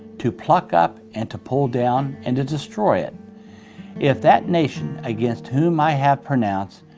to pluck up, and to pull down, and to destroy it if that nation, against whom i have pronounced,